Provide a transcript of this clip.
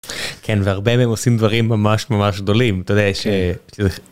כן והרבה מהם עושים דברים ממש ממש גדולים. אתה יודע, יש... יש לי איזה